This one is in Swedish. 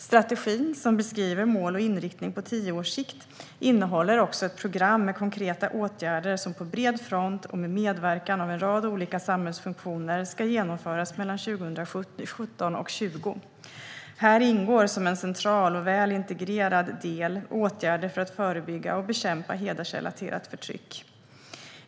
Strategin, som beskriver mål och inriktning på tio års sikt, innehåller också ett program med konkreta åtgärder som på bred front och med medverkan av en rad olika samhällsfunktioner ska genomföras mellan 2017 och 2020. Här ingår som en central och väl integrerad del åtgärder för att förebygga och bekämpa hedersrelaterat förtryck.